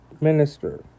minister